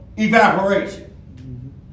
Evaporation